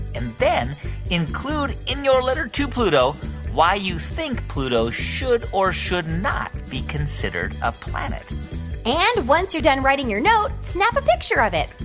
and then include in your letter to pluto why you think pluto should or should not be considered a planet and once you're done writing your note, snap a picture of it.